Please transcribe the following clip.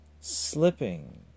slipping